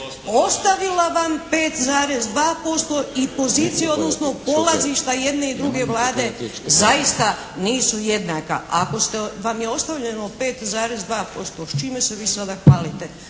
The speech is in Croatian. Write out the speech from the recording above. ostavila vam 5,2% i poziciju odnosno polazišta i jedne i druge Vlade zaista nisu jednaka. Ako vam je ostavljeno 5,2% s čime se vi sada hvalite.